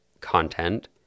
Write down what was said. content